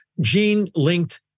gene-linked